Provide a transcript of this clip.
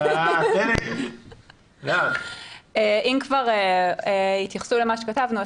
אם כבר התייחסו למה שכתבנו,